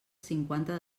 cinquanta